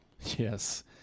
Yes